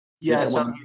yes